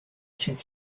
since